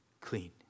clean